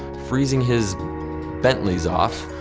freezing his bentleys off,